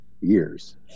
years